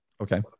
Okay